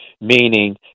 Meaning